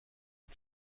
fut